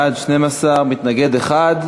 בעד, 12, מתנגד אחד.